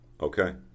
Okay